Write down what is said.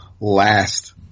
last